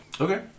Okay